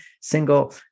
single